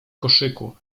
koszyku